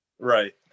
Right